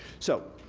so,